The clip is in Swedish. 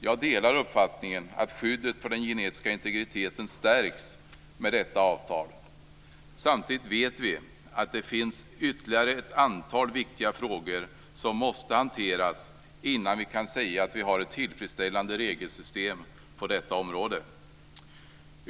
Jag delar uppfattningen att skyddet för den genetiska integriteten stärks med detta avtal. Samtidigt vet vi att det finns ytterligare ett antal viktiga frågor som måste hanteras innan vi kan säga att vi har ett tillfredsställande regelsystem på detta område.